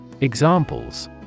Examples